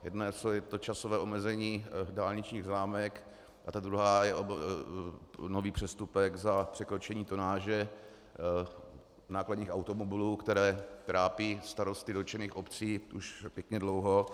Jedno je časové omezení dálničních známek a druhý je nový přestupek za překročení tonáže nákladních automobilů, které trápí starosty dotčených obcí už pěkně dlouho.